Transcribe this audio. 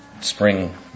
Spring